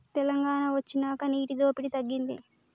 తెలంగాణ వొచ్చినాక నీటి దోపిడి తగ్గింది